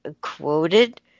quoted